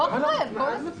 הוא אחראי על הסניפים.